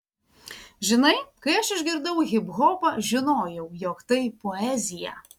žinai kai aš išgirdau hiphopą žinojau jog tai poezija